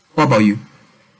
what about you